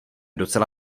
docela